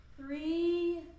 Three